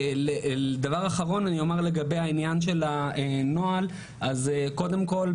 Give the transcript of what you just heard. דבר אחרון אני אומר לגבי העניין של הנוהל: קודם כל,